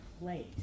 place